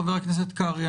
חבר הכנסת קרעי,